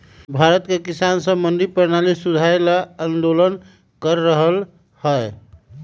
भारत के किसान स मंडी परणाली सुधारे ल आंदोलन कर रहल हए